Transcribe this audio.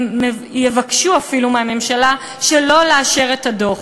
הם אפילו יבקשו מהממשלה שלא לאשר את הדוח.